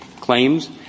claims